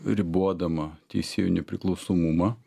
ribodama teisėjų nepriklausomumą